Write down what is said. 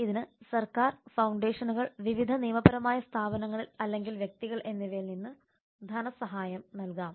ഇതിന് സർക്കാർ ഫൌണ്ടേഷനുകൾ വിവിധ നിയമപരമായ സ്ഥാപനങ്ങൾ അല്ലെങ്കിൽ വ്യക്തികൾ എന്നിവയിൽ നിന്ന് ധനസഹായം നൽകാം